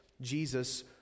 Jesus